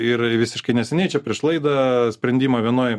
ir visiškai neseniai čia prieš laidą sprendimą vienoj